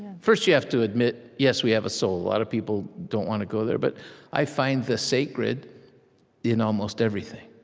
first, you have to admit, yes, we have a soul. a lot of people don't want to go there. but i find the sacred in almost everything